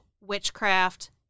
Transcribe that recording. witchcraft